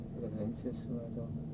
the lenses semua tu